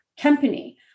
company